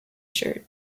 shirt